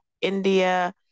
India